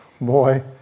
Boy